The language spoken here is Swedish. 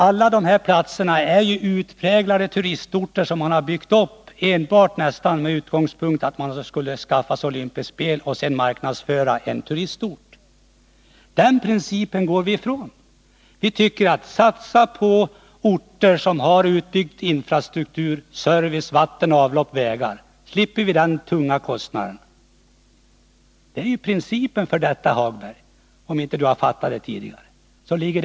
Alla dessa platser är utpräglade turistorter, som man har byggt upp nästan enbart från utgångspunkten att man där skulle anordna olympiska spel och sedan marknadsföra en turistort. Den principen går vi ifrån. Vi tycker att man skall satsa på orter som har utbyggd infrastruktur, service, vatten, avlopp och vägar, för att vi skall slippa sådana tunga kostnader. Det är det som är riktpunkten, Lars-Ove Hagberg.